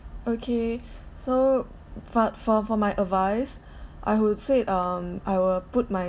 okay so but for for my advice I would said um I will put my